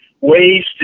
ways